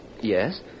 Yes